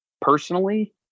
personally